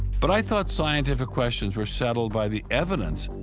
but i thought scientific questions were settled by the evidence,